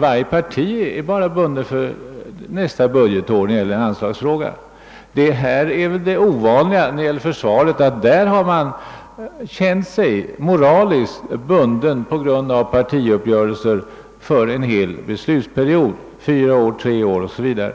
varje parti är bundet bara för kommande budgetår i anslagsfrågor. När det gäller försvaret har det ovanliga inträffat, att man har känt sig moraliskt bunden på grund av träffade partiuppgörelser för en hel beslutsperiod — fyra år, tre år, o.s.v.